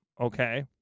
Okay